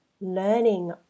learning